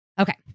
Okay